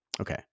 Okay